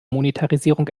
monetarisierung